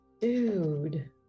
Dude